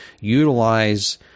utilize